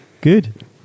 Good